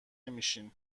نمیشن